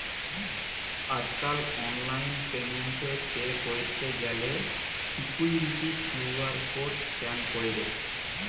আজকাল online payment এ pay কইরতে গ্যালে সিকুইরিটি কিউ.আর কোড স্ক্যান কইরে